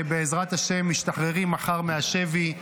שבעזרת השם משתחררים מחר מהשבי.